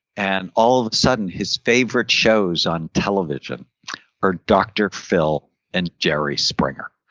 and all of a sudden, his favorite shows on television are dr. phil and jerry springer.